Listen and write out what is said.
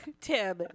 Tim